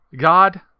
God